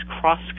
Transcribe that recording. cross